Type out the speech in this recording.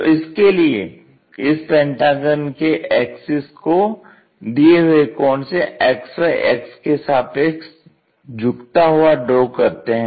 तो इसके लिए इस पेंटागन के एक्सिस को दिए हुए कोण से XY अक्ष के सापेक्ष झुकता हुआ ड्रा करते हैं